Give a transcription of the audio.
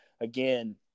again